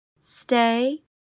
Stay